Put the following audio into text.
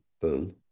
boom